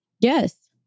Yes